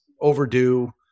overdue